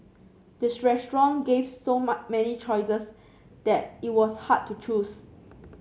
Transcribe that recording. the restaurant gave so many choices that it was hard to choose